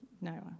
No